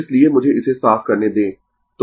इसलिए मुझे इसे साफ करने दें